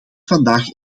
vandaag